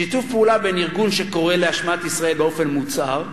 שיתוף פעולה בין ארגון שקורא להשמדת ישראל באופן מוצהר,